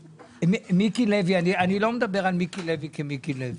אני לא מדבר על מיקי לוי כמיקי לוי.